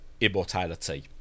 immortality